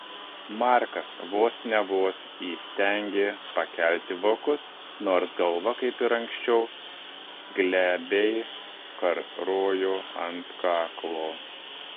markas vos ne vos įstengė pakelti vokus nors galva kaip ir anksčiau glebiai karojo ant kaklo